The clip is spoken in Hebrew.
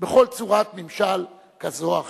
בכל צורת ממשל כזו או אחרת.